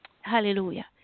Hallelujah